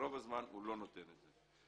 וברוב הזמן הוא לא נותן את זה.